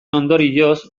ondorioz